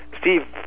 steve